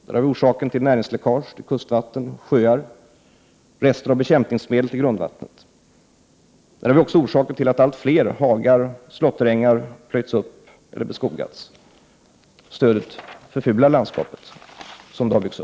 Där har vi orsaken till näringsläckage till kustvatten och sjöar och till att rester av bekämpningsmedel finns i grundvattnet. Detta är också orsaken till att allt fler hagar och slåtterängar plöjs upp och beskogas. Stödet har lett till att landskapet förfulats.